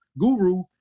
guru